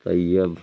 طیب